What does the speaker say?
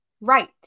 Right